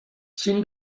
sin